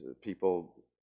people